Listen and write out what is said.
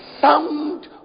sound